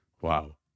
Wow